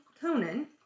Conan